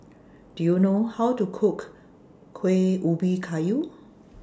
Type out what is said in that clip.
Do YOU know How to Cook Kueh Ubi Kayu